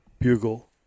bugle